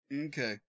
Okay